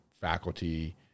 faculty